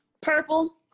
Purple